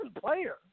player